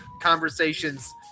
conversations